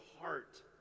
heart